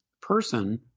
person